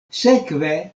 sekve